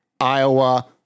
Iowa